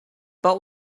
but